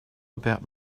about